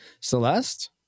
Celeste